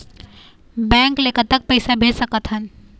Bank ले कतक पैसा भेज सकथन?